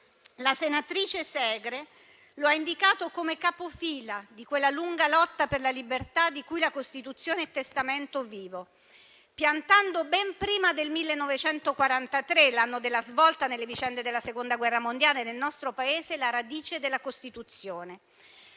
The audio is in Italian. la senatrice Segre lo ha indicato come capofila di quella lunga lotta per la libertà di cui la Costituzione è testamento vivo, piantando ben prima del 1943, l'anno della svolta nelle vicende della Seconda guerra mondiale nel nostro Paese, la radice della Costituzione.